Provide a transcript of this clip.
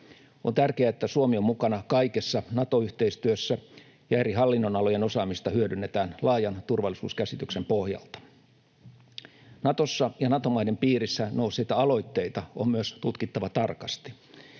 On tärkeää, että Suomi on mukana kaikessa Nato-yhteistyössä ja eri hallinnonalojen osaamista hyödynnetään laajan turvallisuuskäsityksen pohjalta. Natossa ja Nato-maiden piirissä nousseita aloitteita on myös tutkittava tarkasti.